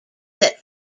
that